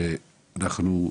שאנחנו ממליצים,